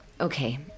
okay